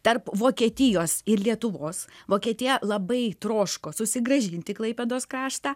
tarp vokietijos ir lietuvos vokietija labai troško susigrąžinti klaipėdos kraštą